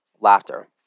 Laughter